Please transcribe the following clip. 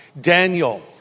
Daniel